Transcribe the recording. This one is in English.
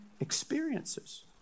experiences